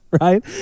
Right